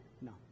No